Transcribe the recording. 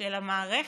של המערכת,